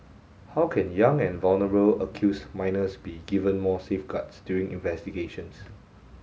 how can young and vulnerable accused minors be given more safeguards during investigations